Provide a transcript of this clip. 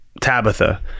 tabitha